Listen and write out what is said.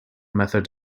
method